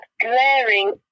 glaring